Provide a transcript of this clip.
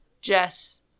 jess